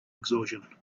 exhaustion